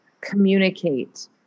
communicate